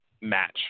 match